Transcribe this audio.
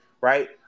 right